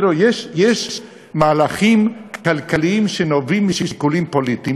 יש מהלכים כלכליים שנובעים משיקולים פוליטיים